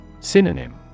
Synonym